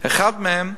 ואחד מהם,